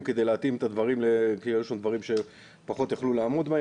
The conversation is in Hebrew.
כדי להתאים את הדברים כי היו שם דברים שפחות יכלו לעמוד בהם